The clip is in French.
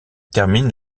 termine